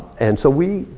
and so we,